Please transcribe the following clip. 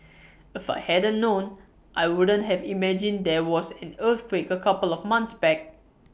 if I hadn't known I wouldn't have imagined there was an earthquake A couple of months back